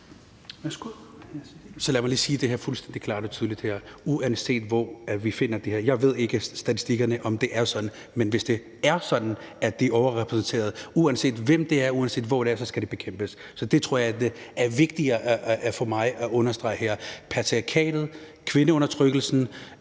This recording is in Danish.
Så lad mig lige sige det fuldstændig klart og tydeligt her: Uanset hvor vi finder det her, skal det bekæmpes. Jeg ved ikke, om det er sådan ifølge statistikkerne, men hvis det er sådan, at de er overrepræsenterede, uanset hvem det er, uanset hvor det er, skal det bekæmpes. Det er vigtigt for mig at understrege her. Patriarkatet, kvindeundertrykkelsen,